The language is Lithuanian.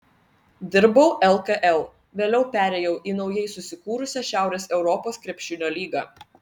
dirbau lkl vėliau perėjau į naujai susikūrusią šiaurės europos krepšinio lygą